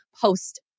post